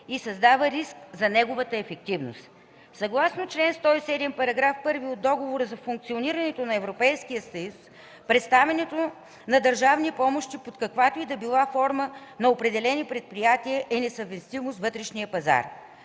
и създава риск за неговата ефективност. Съгласно чл. 107, параграф 1 от Договора за функционирането на Европейския съюз предоставянето на държавни помощи под каквато и да била форма на определи предприятия е несъвместимо с вътрешния пазар.